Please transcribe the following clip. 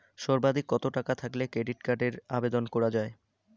সর্বাধিক কত টাকা থাকলে ক্রেডিট কার্ডের আবেদন করা য়ায়?